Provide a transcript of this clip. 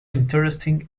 interesting